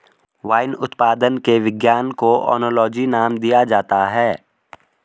wine उत्पादन के विज्ञान को ओनोलॉजी नाम दिया जाता है